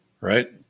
right